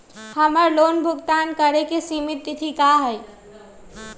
हमर लोन भुगतान करे के सिमित तिथि का हई?